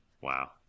Wow